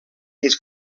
his